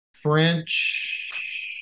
French